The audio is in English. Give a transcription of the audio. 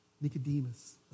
Nicodemus